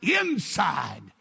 inside